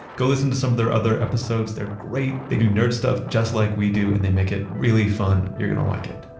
go listen to some of their other episodes. they're great. they do nerd stuff just like we do and they make it really fun. you're going to like it